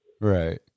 Right